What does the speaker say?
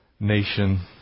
nation